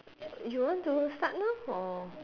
you want to start now or